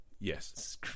Yes